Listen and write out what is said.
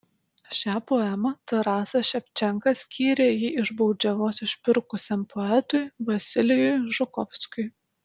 šią poemą tarasas ševčenka skyrė jį iš baudžiavos išpirkusiam poetui vasilijui žukovskiui